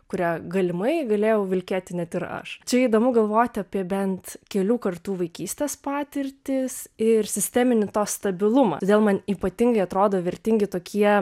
kurią galimai galėjau vilkėti net ir aš čia įdomu galvoti apie bent kelių kartų vaikystės patirtis ir sisteminį to stabilumą todėl man ypatingai atrodo vertingi tokie